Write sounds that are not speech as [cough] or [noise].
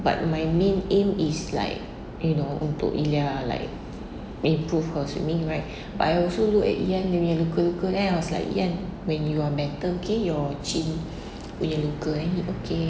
but my main aim is like you know untuk elia like improve her swimming right [breath] but I also look at iyan dia punya luka-luka then I was like iyan when you are better okay your chin [breath] punya luka eh okay